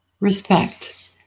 Respect